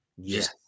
Yes